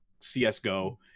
CSGO